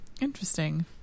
interesting